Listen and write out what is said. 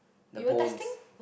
the bones